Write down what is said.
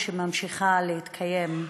שממשיכה להתקיים,